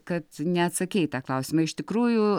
kad neatsakei į tą klausimą iš tikrųjų